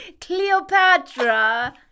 Cleopatra